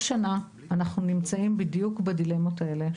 בכל שנה אנחנו נמצאים בדיוק בדילמות האלה.